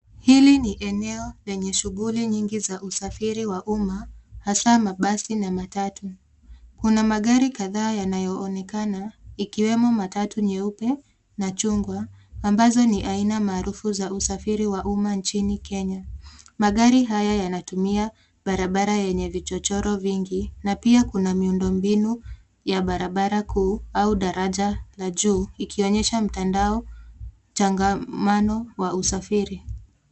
Hili ni eneo lenye shughuli nyingi za usafiri wa umma hasa mabasi na matatu. Kuna magari kadhaa yanayoonekana ikiwemo matatu nyeupe na chungwa ambazo ni aina maarufu za usafiri wa umma nchini Kenya. Magari haya yanatumia barabara yenye vichochoro vingi na pia kuna miundo mbinu ya barabara kuu au daraja la juu ikionyesha mtandao tangamano wa usafiri.